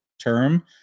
term